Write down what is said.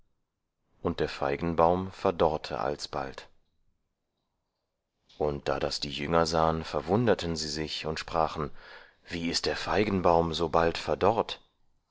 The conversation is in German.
und der feigenbaum verdorrte alsbald und da das die jünger sahen verwunderten sie sich und sprachen wie ist der feigenbaum so bald verdorrt